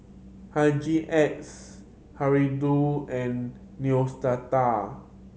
Hygin X Hirudoid and Neostrata